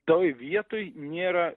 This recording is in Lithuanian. toj vietoj nėra